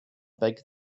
big